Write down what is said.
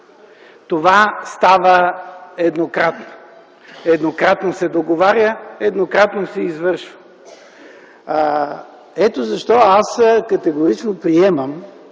Това става еднократно. Еднократно се договаря, еднократно се извършва. Ето защо аз категорично приемам